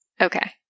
Okay